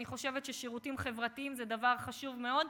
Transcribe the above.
אני חושבת ששירותים חברתיים זה דבר חשוב מאוד,